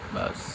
बस